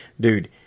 dude